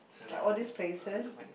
like all these places